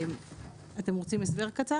אתם רוצים הסבר קצר?